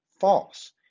false